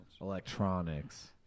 Electronics